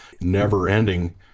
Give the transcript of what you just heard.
never-ending